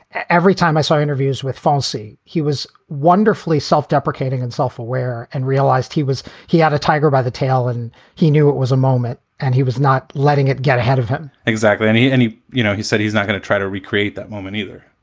every time i saw interviews with falsies, he was wonderfully self-deprecating and self-aware and realized he was he had a tiger by the tail and he knew it was a moment and he was not letting it get ahead of him exactly. and he and he you know, he said he's not going to try to recreate that moment either.